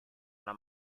una